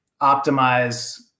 optimize